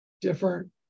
different